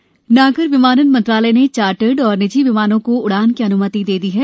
chartered उड़ाने नागर विमानन मंत्रालय ने चार्टर्ड और निजी विमानों को उड़ान की अन्मति दे दी है